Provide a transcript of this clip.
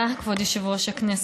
תודה, כבוד יושב-ראש הכנסת.